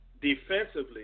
defensively